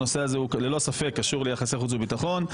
היא שהנושא ללא ספק קשור ליחסי חוץ וביטחון.